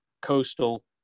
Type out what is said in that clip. coastal